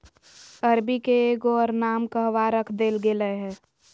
अरबी के एगो और नाम कहवा रख देल गेलय हें